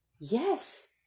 Yes